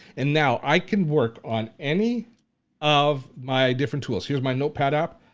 and now i can work on any of my different tools. here's my notepad app.